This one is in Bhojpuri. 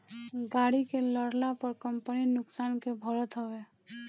गाड़ी के लड़ला पअ कंपनी नुकसान के भरत हवे